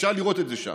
אפשר לראות את זה שם.